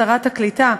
שרת הקליטה,